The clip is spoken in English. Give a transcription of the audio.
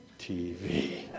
TV